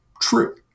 true